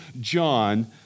John